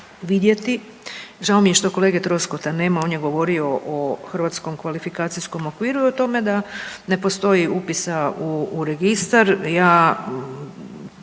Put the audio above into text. vidjeti, žao mi je što kolege Troskota nema on je govorio o Hrvatskom kvalifikacijskom okviru i o tome da ne postoji upisa u registar, ja